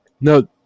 no